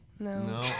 No